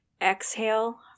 Exhale